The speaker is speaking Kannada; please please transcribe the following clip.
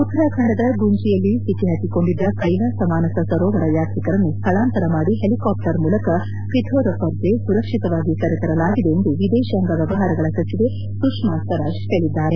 ಉತ್ತರಾಖಂಡದ ಗುಂಜಿಯಲ್ಲಿ ಸಿಕ್ಕಿಹಾಕೊಂಡಿದ್ದ ಕ್ಷೆಲಾಸ ಮಾನಸ ಸರೋವರ ಯಾತ್ರಿಕರನ್ನು ಸ್ನಳಾಂತರ ಮಾಡಿ ಹೆಲಿಕಾಪ್ಟರ್ ಮೂಲಕ ಪಿತೊರಫರ್ಗೆ ಸುರಕ್ಷಿತವಾಗಿ ಕರೆತರಲಾಗಿದೆ ಎಂದು ವಿದೇಶಾಂಗ ವ್ಲವಹಾರಗಳ ಖಾತೆ ಸಚಿವೆ ಸುಷ್ನಾ ಸ್ವರಾಜ್ ತಿಳಿಸಿದ್ದಾರೆ